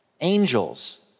Angels